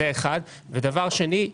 דבר שני,